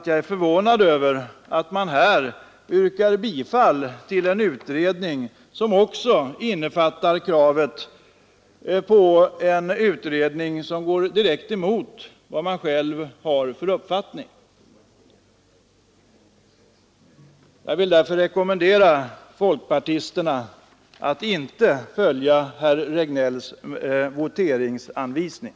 Jag är förvånad över att man ställer ett yrkande som innefattar krav på en utredning direkt emot den uppfattning man själv har. Jag vill därför rekommendera folkpartisterna att inte följa herr Regnélls voteringsanvisning.